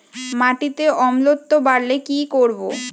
মাটিতে অম্লত্ব বাড়লে কি করব?